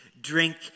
drink